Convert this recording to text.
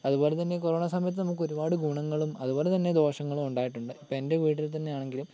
അതുപോലെതന്നെ കൊറോണ സമയത്ത് നമുക്ക് ഒരുപാട് ഗുണങ്ങളും അതുപോലെതന്നെ ദോഷങ്ങളും ഉണ്ടായിട്ടുണ്ട് ഇപ്പോൾ എൻ്റെ വീട്ടിൽ തന്നെ ആണെങ്കിലും